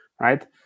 right